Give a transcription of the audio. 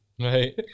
Right